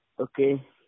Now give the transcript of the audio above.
Okay